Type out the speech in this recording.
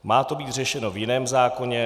Má to být řešeno v jiném zákoně.